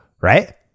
right